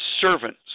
servants